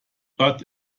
but